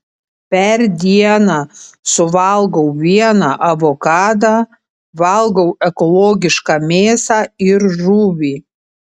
per dieną suvalgau vieną avokadą valgau ekologišką mėsą ir žuvį